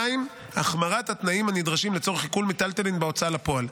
2. החמרת התנאים הנדרשים לצורך עיקול מיטלטלין בהוצאה לפועל.